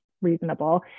reasonable